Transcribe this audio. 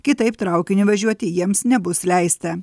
kitaip traukiniu važiuoti jiems nebus leista